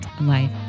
life